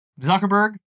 Zuckerberg